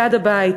ליד הבית.